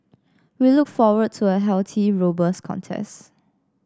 we look forward to a healthy robust contest